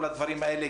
כל הדברים האלה,